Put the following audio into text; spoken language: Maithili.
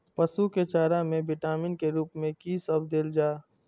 पशु के चारा में विटामिन के रूप में कि सब देल जा?